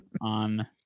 on